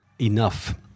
enough